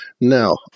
Now